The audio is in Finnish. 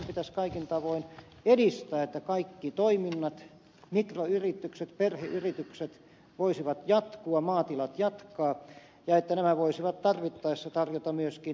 päinvastoin pitäisi kaikin tavoin edistää sitä että kaikki toiminnat mikroyritykset perheyritykset voisivat jatkua maatilat voisivat jatkaa ja että nämä voisivat tarvittaessa tarjota myöskin työtilaisuuksia